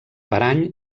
parany